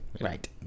Right